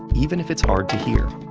even if it's hard to hear.